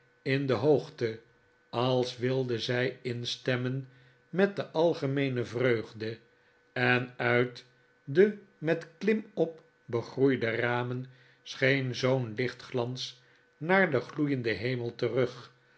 in de hoogte als wilde zij instemmen met de algemeene vreugde en uit de met klimop begroeideramen scheen zoo'n lichtglans naar den gloeienden hemel terug